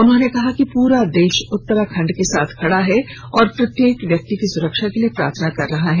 उन्होंने कहा कि पूरा देश उत्तराखंड के साथ खड़ा है और प्रत्येक व्यक्ति की सुरक्षा के लिए प्रार्थना कर रहा है